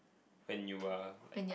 when you are like